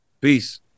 Peace